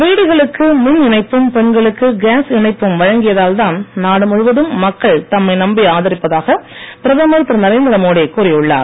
வீடுகளுக்கு மின் இணைப்பும் பெண்களுக்கு கேஸ் இணைப்பும் வழங்கியதால்தான் நாடு முழுவதும் மக்கள் தம்மை நம்பி ஆதரிப்பதாக பிரதமர் திரு நரேந்திர மோடி கூறியுள்ளார்